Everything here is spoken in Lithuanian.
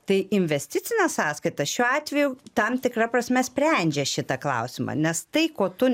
tai investicinė sąskaita šiuo atveju tam tikra prasme sprendžia šitą klausimą nes tai ko tu